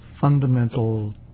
fundamental